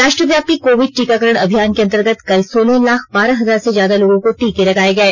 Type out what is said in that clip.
राष्ट्रव्यापी कोविड टीकाकरण अभियान के अंतर्गत कल सोलह लाख बारह हजार से ज्यादा लोगों को टीके लगाये गये